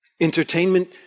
Entertainment